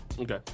Okay